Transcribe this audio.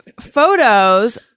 photos